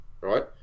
right